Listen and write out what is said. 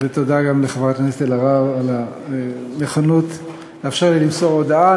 ותודה גם לחברת הכנסת אלהרר על הנכונות לאפשר לי למסור הודעה.